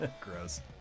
Gross